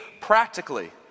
practically